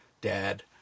dad